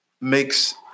makes